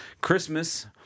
Christmas